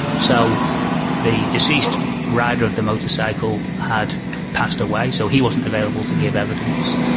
so the deceased rider of the motorcycle had passed away so he wasn't available to give evidence.